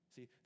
See